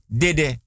dede